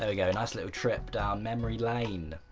there we go, nice little trip down memory lane.